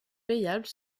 payable